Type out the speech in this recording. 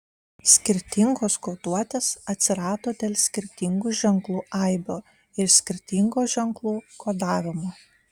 skirtingos koduotės atsirado dėl skirtingų ženklų aibių ir skirtingo ženklų kodavimo